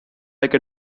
like